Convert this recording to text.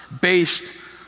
based